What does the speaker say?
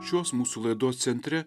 šios mūsų laidos centre